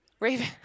Raven